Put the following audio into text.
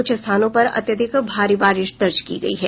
कुछ स्थानों पर अत्यधिक भारी बारिश दर्ज की गयी है